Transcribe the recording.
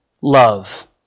love